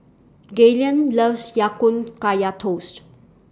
Galen loves Ya Kun Kaya Toast